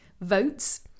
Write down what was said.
votes